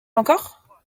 encore